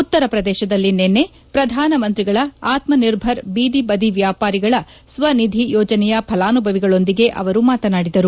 ಉತ್ತರ ಪ್ರದೇಶದಲ್ಲಿ ನಿನ್ನೆ ಪ್ರಧಾನ ಮಂತ್ರಿಗಳ ಆತ್ಮ ನಿರ್ಭರ್ ಬೀದಿಬದಿ ವ್ಕಾಪಾರಿಗಳ ಸ್ವ ನಿಧಿ ಯೋಜನೆಯ ಫಲಾನುಭವಿಗಳೊಂದಿಗೆ ಅವರು ಮಾತನಾಡಿದರು